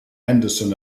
henderson